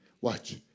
Watch